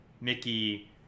Mickey